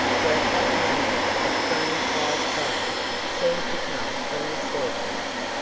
for at that moment a strange wild cry seemed to come from the staircase,